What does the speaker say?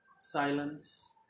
Silence